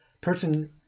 person